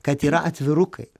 kad yra atvirukai